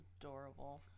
adorable